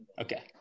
Okay